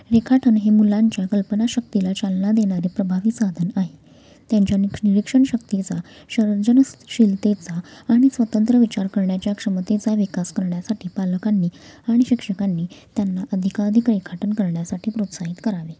रेखाटन हे मुलांच्या कल्पनाशक्तीला चालना देणारे प्रभावी साधन आहे त्यांच्या नि निरीक्षणशक्तीचा सर्जनशीलतेचा आणि स्वतंत्र विचार करण्याच्या क्षमतेचा विकास करण्यासाठी पालकांनी आणि शिक्षकांनी त्यांना अधिकाधिक रेखाटन करण्यासाठी प्रोत्साहित करावे